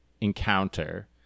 encounter